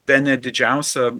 bene didžiausia